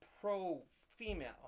pro-female